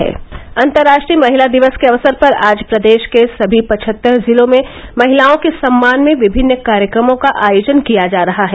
से से अप अप से अप अन्तर्राष्ट्रीय महिला दिवस के अवसर पर आज प्रदेश के सभी पचहत्तर जिलों में महिलाओं के सम्मान में विभिन्न कार्यक्रमो का आयोजन किया जा रहा है